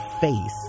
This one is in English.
face